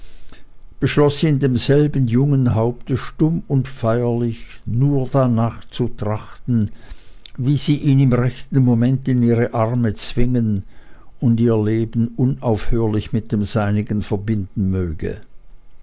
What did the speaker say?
sie in diesem selben jungen haupte stumm und feierlich nur darnach zu trachten wie sie ihn im rechten augenblick in ihre arme zwingen und ihr leben unauflöslich mit dem seinigen verbinden möge